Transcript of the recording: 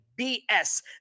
BS